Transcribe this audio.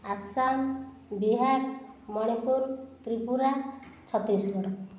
Assam Bihar Manipur Tripura Chhattisgarh